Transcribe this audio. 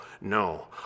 no